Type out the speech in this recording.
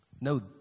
No